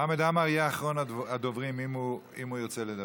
חמד עמאר יהיה אחרון הדוברים אם הוא ירצה לדבר.